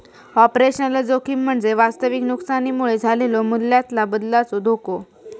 operational जोखीम म्हणजे वास्तविक नुकसानीमुळे झालेलो मूल्यातला बदलाचो धोको